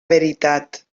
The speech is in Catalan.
veritat